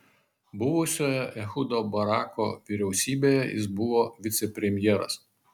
buvusioje ehudo barako vyriausybėje jis buvo vicepremjeras